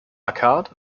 carte